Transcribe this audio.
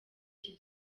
iki